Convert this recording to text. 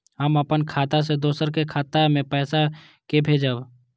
हम अपन खाता से दोसर के खाता मे पैसा के भेजब?